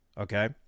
Okay